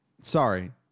Sorry